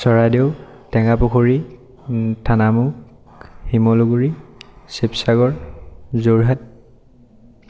Charaideo Tengapukhuri Thanamukh Shimluguri Sivasagar Jorhat